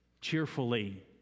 cheerfully